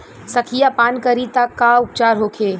संखिया पान करी त का उपचार होखे?